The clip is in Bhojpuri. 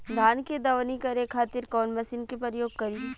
धान के दवनी करे खातिर कवन मशीन के प्रयोग करी?